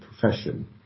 profession